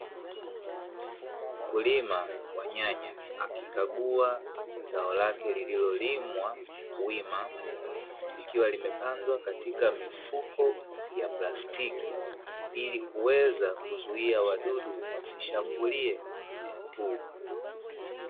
Mkulima wa nyanya akikagua zao lake lililolimwa wima, likiwa limepandwa katika mifuko ya plastiki, ili kuweza kuzuia wadudu wasishambulie mmea huu.